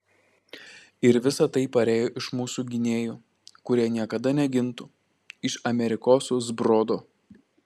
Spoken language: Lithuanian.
ir visa tai parėjo iš mūsų gynėjų kurie niekada negintų iš amerikosų zbrodo